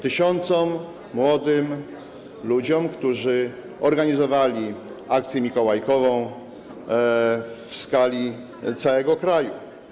Tysiącom młodych ludzi, którzy organizowali akcję mikołajkową w skali całego kraju.